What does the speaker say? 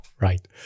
Right